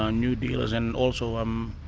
ah new dealers and also i'm